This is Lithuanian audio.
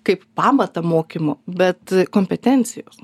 kaip pamatą mokymo bet kompetencijos